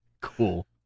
Cool